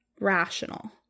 rational